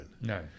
No